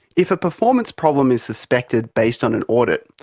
if a performance problem is suspected based on an audit,